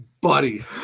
buddy